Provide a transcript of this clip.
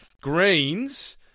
Greens